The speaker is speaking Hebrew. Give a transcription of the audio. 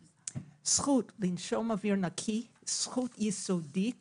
זכות לנשום אוויר נקי היא זכות יסודית